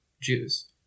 Jews